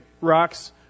rocks